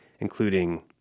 including